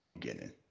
beginning